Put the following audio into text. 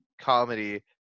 comedy